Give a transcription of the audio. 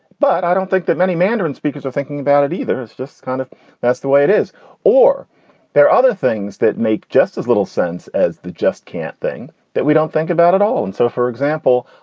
but i don't think that many mandarin speakers are thinking about it either. it's just kind of that's the way it is or there are other things that make just as little sense as the just can't thing that we don't think about at all. and so, for example,